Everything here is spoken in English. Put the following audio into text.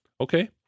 Okay